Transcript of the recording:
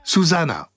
Susanna